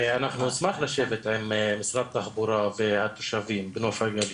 אנחנו נשמח לשבת עם משרד התחבורה, בנוף הגליל,